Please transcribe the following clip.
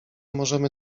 możemy